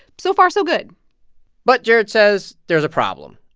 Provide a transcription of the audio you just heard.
so far so good but jared says there's a problem.